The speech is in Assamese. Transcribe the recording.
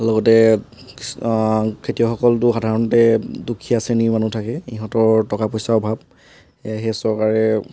লগতে খেতিয়কসকলটো সাধাৰণতে দুখীয়া শ্ৰেণীৰ মানুহ থাকে ইহঁতৰ টকা পইচাৰ অভাৱ সেয়েহে চৰকাৰে